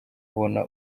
abona